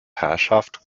herrschaft